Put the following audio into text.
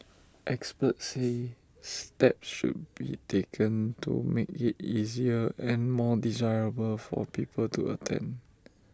experts say steps should be taken to make IT easier and more desirable for people to attend